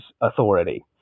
authority